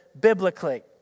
biblically